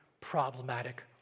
problematic